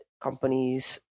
companies